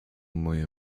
moje